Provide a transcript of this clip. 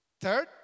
Third